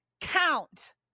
count